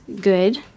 good